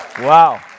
Wow